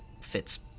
fits